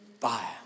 fire